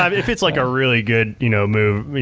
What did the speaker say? um if it's like a really good you know move,